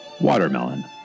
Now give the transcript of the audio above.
Watermelon